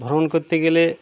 ভ্রমণ করতে গেলে